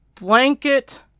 blanket